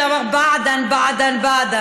בעדין בעדין בעדין,